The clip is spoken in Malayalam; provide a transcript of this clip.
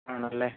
ആണല്ലേ